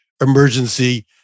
emergency